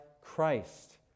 Christ